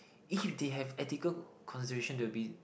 if they have ethical consideration they will be